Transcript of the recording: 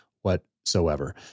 whatsoever